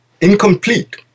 incomplete